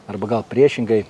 arba gal priešingai